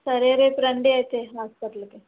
సరే రేపు రండి అయితే హాస్పిటల్కి